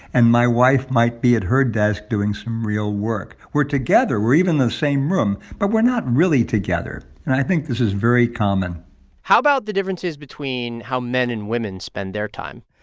and my wife might be at her desk, doing some real work. we're together. we're even in the same room. but we're not really together, and i think this is very common how about the differences between how men and women spend their time?